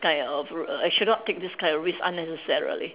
sky of r~ I should not take this kind of risk unnecessarily